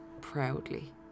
proudly